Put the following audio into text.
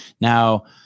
now